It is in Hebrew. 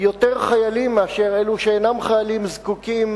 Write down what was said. יותר חיילים מאשר אלו שאינם חיילים זקוקים